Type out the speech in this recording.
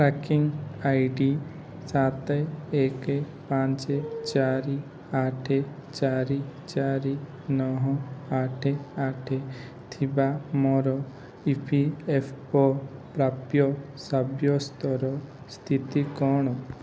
tracking I D ସାତ ଏକ ପାଞ୍ଚ ଚାରି ଆଠ ଚାରି ଚାରି ନଅ ଆଠ ଆଠ ଥିବା ମୋର ଇ ପି ଏଫ୍ ଓ ପ୍ରାପ୍ୟ ସାବ୍ୟସ୍ତର ସ୍ଥିତି କ'ଣ